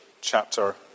chapter